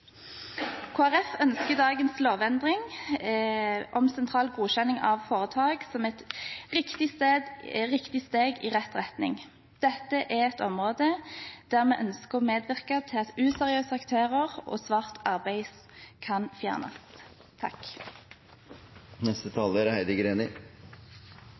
ønsker at dagens lovendring om sentral godkjenning av foretak blir et riktig steg i rett retning. Dette er et område der vi ønsker å medvirke til at useriøse aktører og svart arbeid kan fjernes. Vi behandler nå en sak der en samlet næring, både arbeidsgiver- og arbeidstakersiden, er